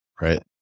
Right